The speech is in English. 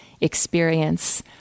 experience